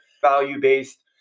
value-based